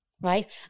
right